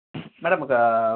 madam